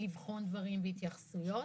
לבחון דברים והתייחסויות,